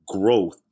growth